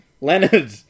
Leonard